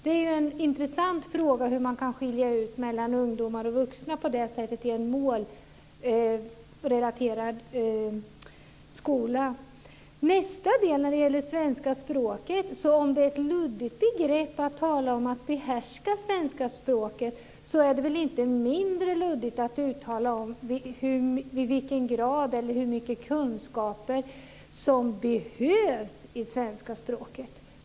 Det är en intressant fråga om hur man kan skilja mellan ungdomar och vuxna på det sättet i en målrelaterad skola. Om det är ett luddigt begrepp att tala om att behärska svenska språket är det väl inte mindre luddigt att uttala sig om i vilken grad eller hur mycket kunskaper som behövs i svenska språket?